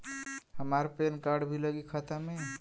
हमार PAN card भी लगी खाता में?